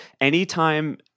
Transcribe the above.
anytime